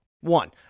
One